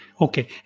Okay